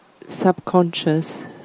subconscious